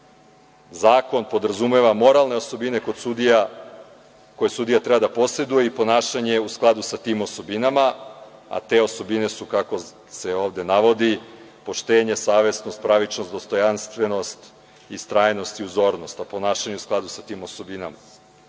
zakon, podrazumeva moralne osobine kod sudija koje sudija treba da poseduje i ponašanje u skladu sa tim osobinama, a te osobine su kako se ovde navodi poštenje, savesnost, pravičnost, dostojanstvenost, istrajnost i uzornost o ponašanju u sladu sa tim osobinama